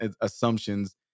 assumptions